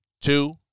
two